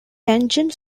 tangent